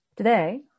Today